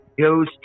goes